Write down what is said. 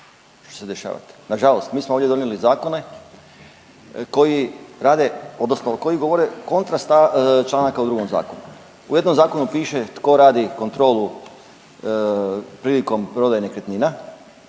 Nažalost mi smo ovdje donijeli zakone koji rade odnosno koji govore kontra članaka u drugom zakonu. U jednom zakonu piše tko radi kontrolu prilikom prodaje nekretnina,